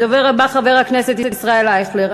הדובר הבא, חבר הכנסת ישראל אייכלר.